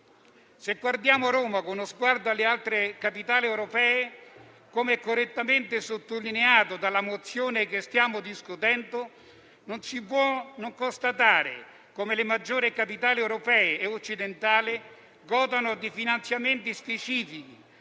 Se guardiamo Roma con uno sguardo alle altre capitali europee, come correttamente sottolineato dalla mozione che stiamo discutendo, non si può non constatare come le maggiori capitali europee e occidentali godano di finanziamenti specifici